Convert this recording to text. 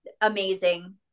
amazing